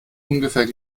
ungefähr